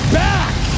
back